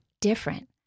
different